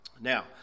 Now